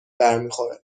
برمیخوره